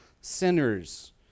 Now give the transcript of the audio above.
sinners